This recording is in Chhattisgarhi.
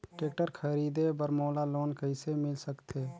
टेक्टर खरीदे बर मोला लोन कइसे मिल सकथे?